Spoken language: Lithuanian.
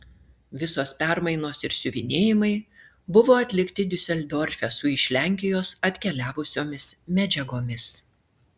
visos permainos ir siuvinėjimai buvo atlikti diuseldorfe su iš lenkijos atkeliavusiomis medžiagomis